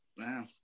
Wow